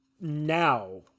now